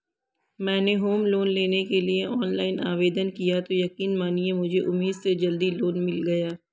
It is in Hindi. मैंने होम लोन लेने के लिए ऑनलाइन आवेदन किया तो यकीन मानिए मुझे उम्मीद से जल्दी लोन मिल गया